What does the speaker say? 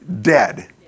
dead